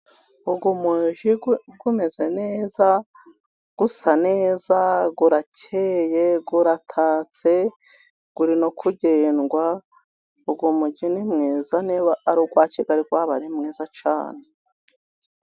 Uyu mujyi umeze neza, usa neze, urakeye, uraratatse, uri no kugendwa. Uyu mujyi ni mwiza, niba ari uwa Kigali, waba ari mwiza cyane.